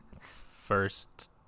first